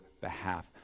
behalf